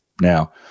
Now